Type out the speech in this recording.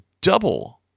double